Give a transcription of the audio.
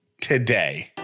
today